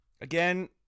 Again